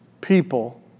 people